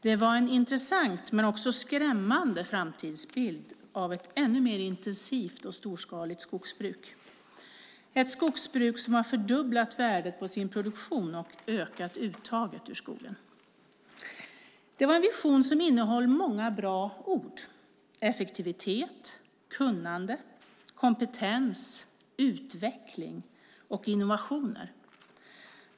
Det var en intressant men också skrämmande framtidsbild av ett ännu mer intensivt och storskaligt skogsbruk, ett skogsbruk som har fördubblat värdet på sin produktion och ökat uttaget ur skogen. Det var en vision som innehöll många bra ord: effektivitet, kunnande, kompetens, utveckling och innovationer.